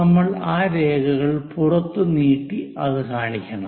നമ്മൾ ആ രേഖകൾ പുറത്ത് നീട്ടി അത് കാണിക്കണം